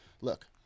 Look